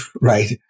Right